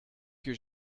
que